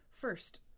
First